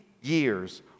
years